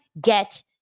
get